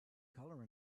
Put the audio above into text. color